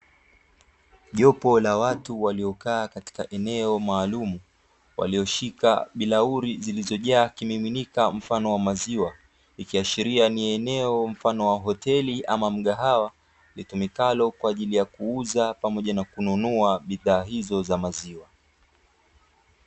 Jopo la watu waliokaa katika eneo maalumu walioshika bilauli zilizojaa kimiminika mfano wa maziwa, ikiashiria ni eneo mfano wa hoteli ama litumikalo kwa ajili ya kununua, ama kuuza bidhaa hizo za maziwa.